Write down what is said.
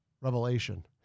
revelation